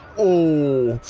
oh